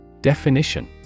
Definition